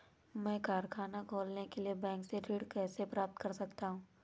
मैं कारखाना खोलने के लिए बैंक से ऋण कैसे प्राप्त कर सकता हूँ?